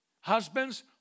husbands